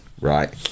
right